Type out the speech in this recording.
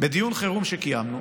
בדיון חירום שקיימנו